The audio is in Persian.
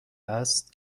است